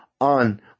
on